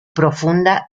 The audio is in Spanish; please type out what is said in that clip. profunda